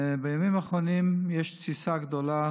בימים האחרונים יש תסיסה גדולה